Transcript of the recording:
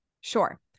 sure